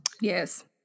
yes